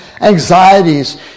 anxieties